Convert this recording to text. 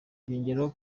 yongeyeho